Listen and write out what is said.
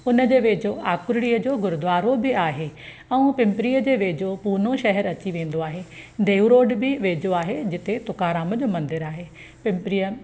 हुनजे वेझो आकरणीअ जो गुरुद्वारो बि आहे ऐं पिंपरीअ जे वेझो पुणे शहर अची वेंदो आहे देव रोड बि वेझो आहे जिते तुकाराम जो मंदरु आहे पिंपरीअ